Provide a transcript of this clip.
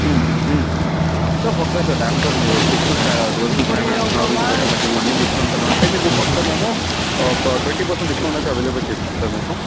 sir పక్కా sir damn sure మీరు sixth స్టా ట్వెల్త్ స్టాండార్డ్ అంటున్నారు ఇంటర్నేషనల్ అన్ని బుక్స్ అంటున్నారు అంటే మీకు పక్కా మేము ఒక ట్వెంటీ పర్సెంట్ డిస్కౌంట్ అయితే అవైలబుల్ చేస్తాం సార్ మీకు